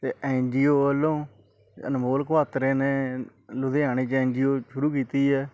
ਅਤੇ ਐਨਜੀਓ ਵੱਲੋਂ ਅਨਮੋਲ ਕੁਆਤਰੇ ਨੇ ਲੁਧਿਆਣੇ 'ਚ ਐਨਜੀਓ ਸ਼ੁਰੂ ਕੀਤੀ ਹੈ